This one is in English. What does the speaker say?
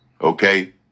okay